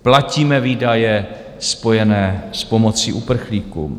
Platíme výdaje spojené s pomocí uprchlíkům.